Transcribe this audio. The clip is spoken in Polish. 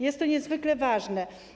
Jest to niezwykle ważne.